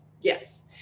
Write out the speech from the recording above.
Yes